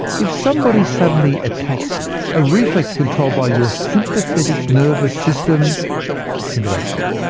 if somebody suddenly attacks you, a reflex controlled by your sympathetic nervous system kicks into action.